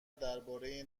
درباره